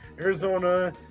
Arizona